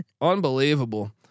Unbelievable